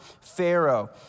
Pharaoh